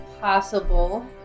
Possible